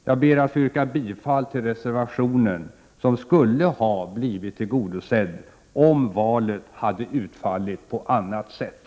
Jag ber att få yrka bifall till reservationen, som skulle ha blivit tillgodosedd om valet hade utfallit på annat sätt.